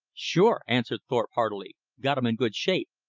sure, answered thorpe heartily, got em in good shape.